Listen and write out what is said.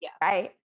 Right